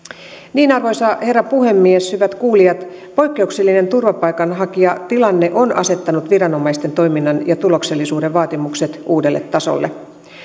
arvoisa herra puhemies hyvät kuulijat poikkeuksellinen turvapaikanhakijatilanne on asettanut viranomaisten toiminnan ja tuloksellisuuden vaatimukset uudelle tasolle